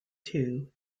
two